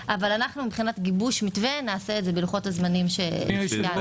מבחינת גיבוש מתווה נעשה את זה בלוחות הזמנים שאמרתי.